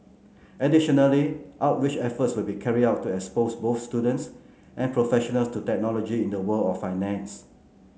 additionally outreach efforts will be carried out to expose both students and professional to technology in the world of finance